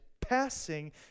passing